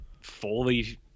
fully